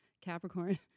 Capricorn